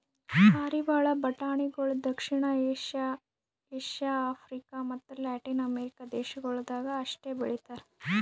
ಪಾರಿವಾಳ ಬಟಾಣಿಗೊಳ್ ದಕ್ಷಿಣ ಏಷ್ಯಾ, ಏಷ್ಯಾ, ಆಫ್ರಿಕ ಮತ್ತ ಲ್ಯಾಟಿನ್ ಅಮೆರಿಕ ದೇಶಗೊಳ್ದಾಗ್ ಅಷ್ಟೆ ಬೆಳಿತಾರ್